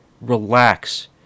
Relax